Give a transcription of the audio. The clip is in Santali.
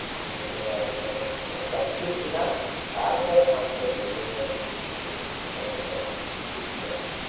ᱦᱩᱸ ᱦᱮᱸ ᱯᱮᱠᱴᱤᱥ ᱠᱮᱫᱟᱢ ᱛᱟᱨᱯᱚᱨ ᱟᱢ ᱛᱮ ᱱᱤᱡᱮ ᱛᱮ ᱥᱤᱥᱴᱤᱭ ᱢᱮ ᱛᱚᱠᱷᱚᱱ ᱫᱚ ᱴᱷᱤᱠᱜᱮᱭᱟ